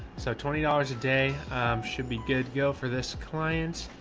so twenty dollars a day should be good. go for this client.